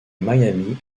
miami